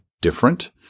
different